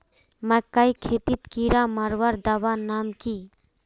मकई खेतीत कीड़ा मारवार दवा नाम की?